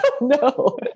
no